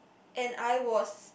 and I was